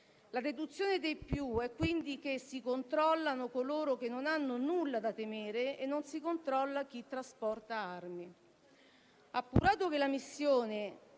La deduzione dei più è, quindi, che si controllano coloro che non hanno nulla da temere e non si controlla chi trasporta armi. Appurato che la missione